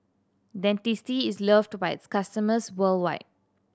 Dentiste is loved by its customers worldwide